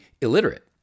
illiterate